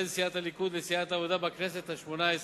בין סיעת הליכוד לסיעת העבודה בכנסת השמונה-עשרה,